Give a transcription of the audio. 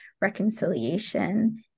reconciliation